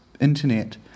internet